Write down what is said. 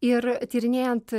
ir tyrinėjant